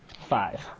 five